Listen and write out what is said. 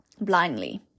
blindly